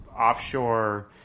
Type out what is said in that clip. offshore